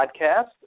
Podcast